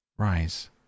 Rise